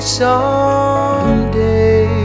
someday